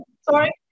Sorry